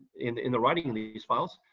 in the in the writing of these files,